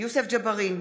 יוסף ג'בארין,